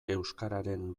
euskararen